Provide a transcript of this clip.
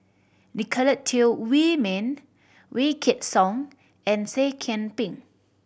Nicolette Teo Wei Min Wykidd Song and Seah Kian Peng